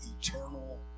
Eternal